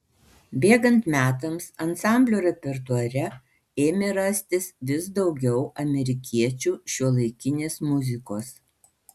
bėgant metams ansamblio repertuare ėmė rastis vis daugiau amerikiečių šiuolaikinės muzikos